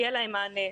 יהיה להם מענה.